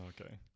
okay